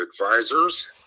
advisors